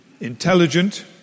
intelligent